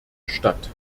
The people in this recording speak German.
statt